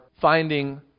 finding